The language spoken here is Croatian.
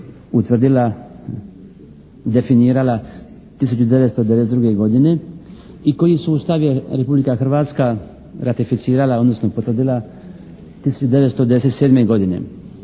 utvrdila, definirala 1992. godine i koji sustav je Republika Hrvatska ratificirala odnosno potvrdila …/Govornik